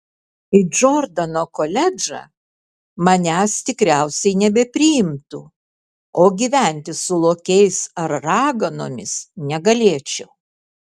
į džordano koledžą manęs tikriausiai nebepriimtų o gyventi su lokiais ar raganomis negalėčiau